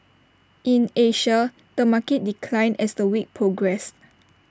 in Asia the market declined as the week progressed